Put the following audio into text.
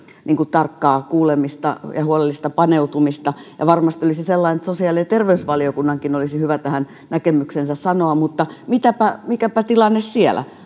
tarkkaa kuulemista ja huolellista paneutumista ja varmasti olisi sellainen että sosiaali ja terveysvaliokunnankin olisi hyvä tähän näkemyksensä sanoa mutta mikäpä mikäpä tilanne siellä